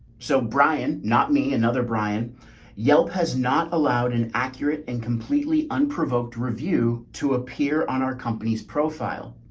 so brian, not me. another brian yelp has not allowed an accurate and completely unprovoked review to appear on our company's profile.